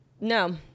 No